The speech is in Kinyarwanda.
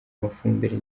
amafumbire